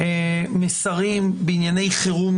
"מסרים בענייני חירום",